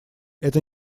это